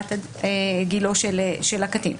ידיעת גילו של הקטין.